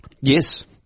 Yes